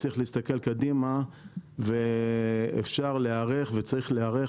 וצריך להסתכל קדימה ואפשר להיערך וצריך להיערך